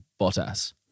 Bottas